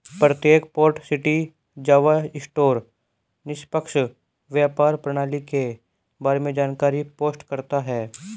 प्रत्येक port city Java store निष्पक्ष व्यापार प्रणाली के बारे में जानकारी पोस्ट करता है